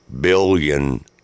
billion